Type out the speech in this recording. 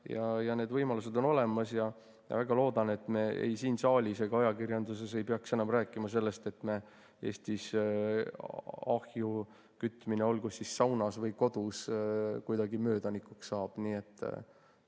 Need võimalused on olemas. Ja ma väga loodan, et me ei siin saalis ega ajakirjanduses ei peaks enam rääkima sellest, et meil Eestis ahju kütmine, olgu siis saunas või kodus, kuidagi möödanikuks saab. Nii et